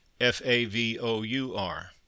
f-a-v-o-u-r